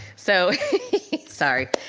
so sorry.